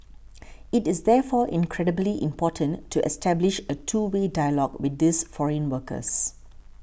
it is therefore incredibly important to establish a two way dialogue with these foreign workers